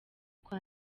kwa